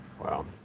Wow